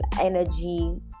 energy